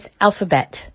alphabet